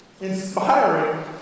inspiring